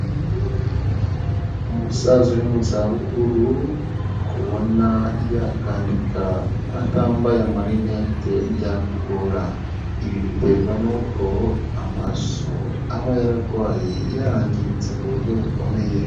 Umusaza uri mu zabukuru kubona yakandika atambaye amarinete byakugora. Ibi biterwa n'uko amaso aba yararwaye, yarangiritse ku buryo bukomeye.